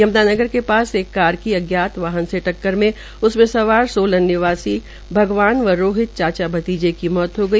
यम्नानगर के पास एक कार की अज्ञात वाहन से टक्कर मे इसमे सवार सोलन निवासी भगवान व रोहित चाचे भतीजें की मौत हो गई